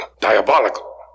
diabolical